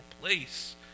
place